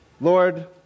Lord